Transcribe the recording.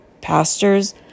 pastors